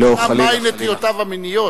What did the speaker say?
לדעת מהן נטיותיו המיניות.